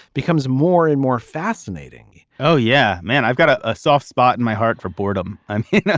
becomes more and more fascinating oh, yeah, man. i've got a ah soft spot in my heart for boredom. i'm here. yeah